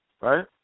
right